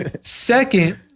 Second